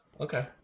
Okay